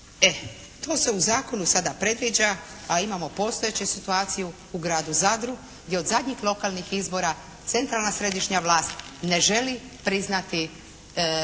tu se u zakonu sada predviđa, a imamo postojeću situaciju u gradu Zadru gdje od zadnjih lokalnih izbora centralna središnja vlast ne želi priznati